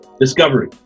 Discovery